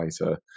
later